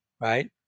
right